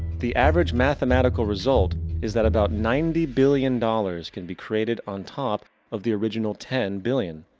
the average mathematical result is that about ninety billion dollars can be created on top of the original ten billion.